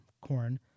corn